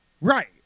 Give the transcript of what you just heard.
Right